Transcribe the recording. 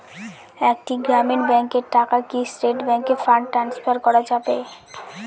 একটি গ্রামীণ ব্যাংকের টাকা কি স্টেট ব্যাংকে ফান্ড ট্রান্সফার করা যাবে?